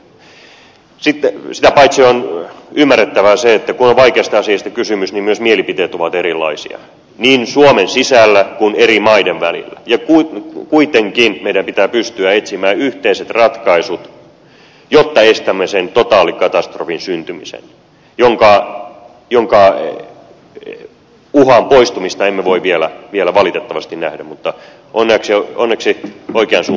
sitä paitsi on ymmärrettävää se että kun on vaikeasta asiasta kysymys niin myös mielipiteet ovat erilaisia niin suomen sisällä kuin eri maiden välillä ja kuitenkin meidän pitää pystyä etsimään yhteiset ratkaisut jotta estämme sen totaalikatastrofin syntymisen jonka uhan poistumista emme voi vielä valitettavasti nähdä mutta onneksi oikeaan suuntaan on kuljettu